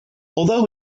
although